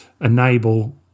enable